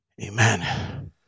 Amen